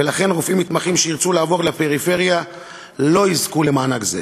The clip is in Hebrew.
ולכן רופאים מתמחים שירצו לעבור לפריפריה לא יזכו למענק זה.